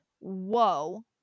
Whoa